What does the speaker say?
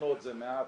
--- קרנות זה מעט,